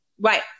Right